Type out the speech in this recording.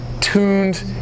tuned